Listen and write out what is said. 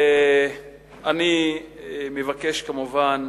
אני מבקש כמובן